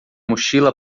mochila